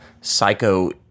Psycho